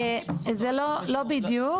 זה לא בדיוק.